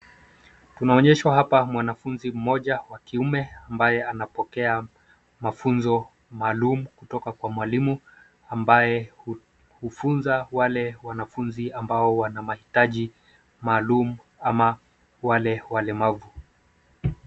Tunaonyeshwa hapa mwanafunzi mmoja wa kiume ambaye anapokea mafunzo maalum kutoka kwa mwalimu ambaye hufunza wale wanafunzi ambao wana mahitaji maalum ama wale walemavu.